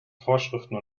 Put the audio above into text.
vorschriften